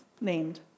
named